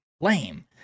Lame